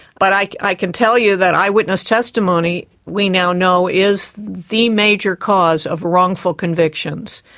but i i can tell you that eyewitness testimony, we now know, is the major cause of wrongful convictions.